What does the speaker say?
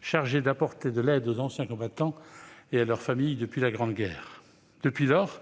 chargés d'apporter de l'aide aux anciens combattants et à leurs familles depuis la Grande Guerre. Depuis lors,